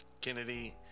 Kennedy